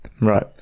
Right